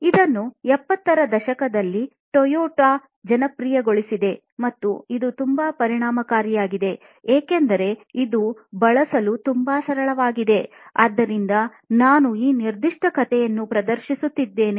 ಇದನ್ನು 70 ರ ದಶಕದಲ್ಲಿ ಟೊಯೋಟಾ ಜನಪ್ರಿಯಗೊಳಿಸಿದೆ ಮತ್ತು ಇದು ತುಂಬಾ ಪರಿಣಾಮಕಾರಿಯಾಗಿದೆ ಏಕೆಂದರೆ ಇದು ಬಳಸಲು ತುಂಬಾ ಸರಳವಾಗಿದೆ ಆದ್ದರಿಂದ ನಾನು ಈ ನಿರ್ದಿಷ್ಟ ಕಥೆಯನ್ನು ಪ್ರದರ್ಶಿಸುತ್ತೇನೆ